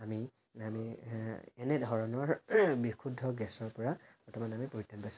আমি আমি এনেধৰণৰ বিশুদ্ধ গেছৰ পৰা বৰ্তমান আমি পৰিত্ৰাণ পাইছোঁ